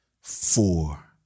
four